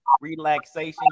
relaxation